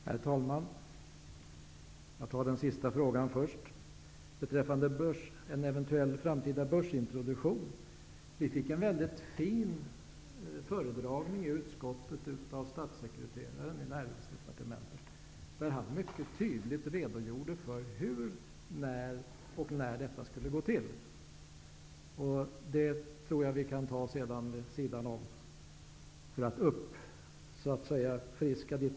Herr talman! Jag besvarar den sista frågan beträffande en eventuell framtida börsintroduktion först. Vi fick en fin föredragning i utskottet av statssekreteraren i Näringsdepartementet, där han mycket tydligt redogjorde för hur och när detta skall ske. Jag tror att vi kan diskutera den frågan vid ett annat tillfälle, så att Arne Kjörnsbergs minne kan friskas upp.